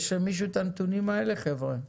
חבר'ה, יש למישהו את הנתונים האלה?